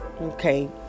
okay